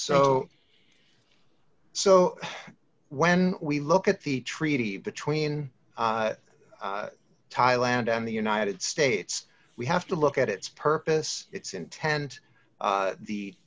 so so when we look at the treaty between thailand and the united states we have to look at its purpose its intent the t